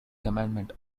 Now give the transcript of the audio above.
commandment